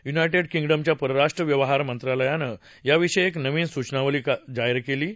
United किंडमच्या परराष्ट्र व्यवहार कार्यालयानं याविषयी एक नवीन सूचनावली जारी केली आहे